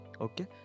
okay